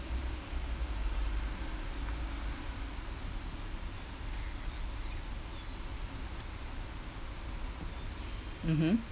mmhmm